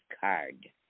Card